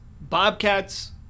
Bobcats